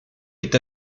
est